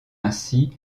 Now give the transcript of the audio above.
ainsi